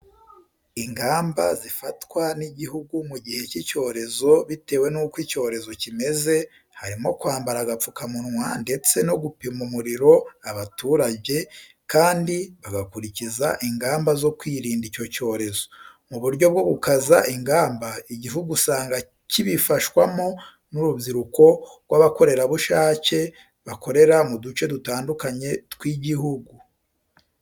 Ingamba zifatwa n'igihugu mu gihe cy'icyorezo bitewe nuko icyorezo kimeze, harimo kwambara agapfukamunwa ndetse no gupima umuriro abaturajye, kandi bagakurikiza ingamba zo kwirinda icyo cyorezo. Mu buryo bwo gukaza ingamba, igihugu usanga kibifashwamo n'urubyiruko rw'abakorerabushake bakorera mu duce dutandukanye tw'igihugu.